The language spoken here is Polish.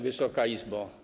Wysoka Izbo!